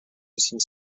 using